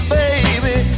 baby